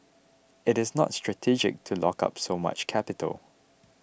it is not strategic to lock up so much capital